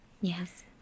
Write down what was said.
yes